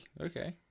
Okay